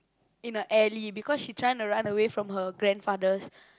in a alley because she trying to run away from her grandfather's